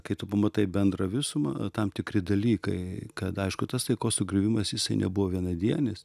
kai tu pamatai bendrą visumą tam tikri dalykai kad aišku tas taikos sugriuviomas jisai nebuvo vienadienis